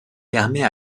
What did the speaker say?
permet